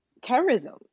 terrorism